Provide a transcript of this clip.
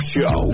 Show